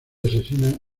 asesinan